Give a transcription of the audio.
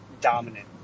dominant